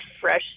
fresh